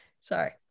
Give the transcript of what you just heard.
sorry